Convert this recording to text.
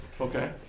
Okay